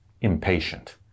impatient